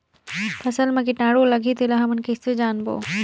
फसल मा कीटाणु लगही तेला हमन कइसे जानबो?